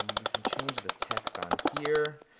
we can change the text on here.